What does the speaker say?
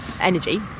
energy